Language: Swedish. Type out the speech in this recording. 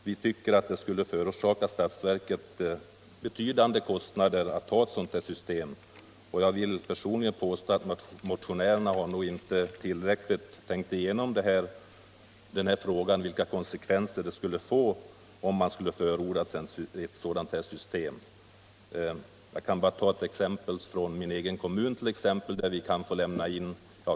Vi tycker att det skulle förorsaka statsverket betydande kostnader, och jag vill personligen påstå att motionärerna nog inte tillräckligt har tänkt igenom vilka konsekvenser ett sådant system skulle få.